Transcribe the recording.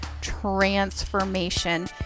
transformation